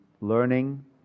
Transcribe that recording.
learning